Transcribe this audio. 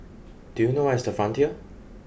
do you know where is the Frontier